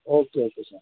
okay okay sir